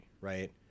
right